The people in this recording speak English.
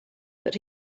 that